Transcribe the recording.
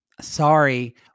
Sorry